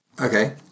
Okay